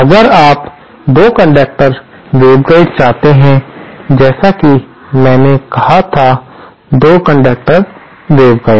अगर आप दो कंडक्टर वेवगाइड चाहते हैं जैसे कि मैंने कहा था दो कंडक्टर वेवगाइड